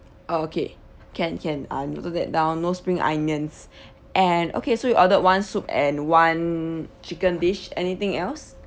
okay can can I'm noted that down no spring onions and okay so you ordered one soup and one chicken dish anything else